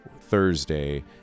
Thursday